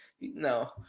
no